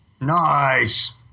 Nice